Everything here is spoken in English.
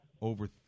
over